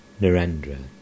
Narendra